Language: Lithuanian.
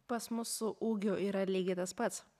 pas mus su ūgiu yra lygiai tas pats